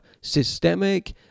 systemic